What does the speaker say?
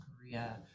Korea